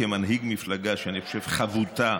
כמנהיג מפלגה שאני חושב שהיא חבוטה